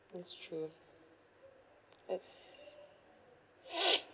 that's true that's